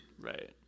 Right